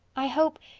i hope,